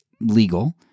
legal